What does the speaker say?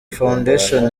foundation